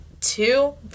two